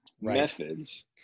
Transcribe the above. methods